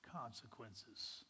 consequences